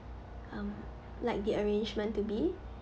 um like the arrangement to be